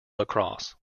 lacrosse